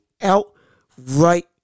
outright